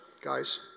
guys